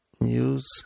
news